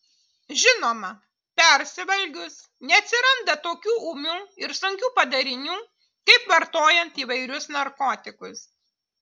žinoma persivalgius neatsiranda tokių ūmių ir sunkių padarinių kaip vartojant įvairius narkotikus